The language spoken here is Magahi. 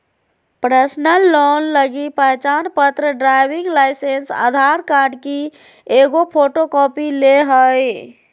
पर्सनल लोन लगी पहचानपत्र, ड्राइविंग लाइसेंस, आधार कार्ड की एगो फोटोकॉपी ले हइ